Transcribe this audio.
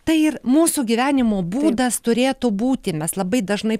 tai ir mūsų gyvenimo būdas turėtų būti mes labai dažnai